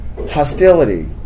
hostility